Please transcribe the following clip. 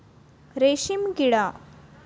रेशीमकिडा